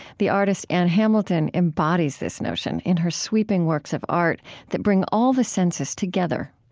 the artist ann hamilton embodies this notion in her sweeping works of art that bring all the senses together.